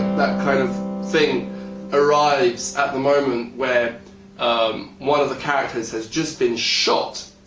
that kind of thing arrives at the moment where um one of the characters has just been shot,